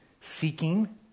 seeking